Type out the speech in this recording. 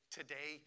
today